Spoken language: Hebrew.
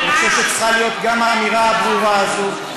אני חושב שצריכה להיות גם האמירה הברורה הזאת,